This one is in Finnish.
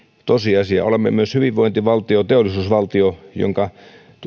tosiasia olemme myös hyvinvointivaltio teollisuusvaltio jonka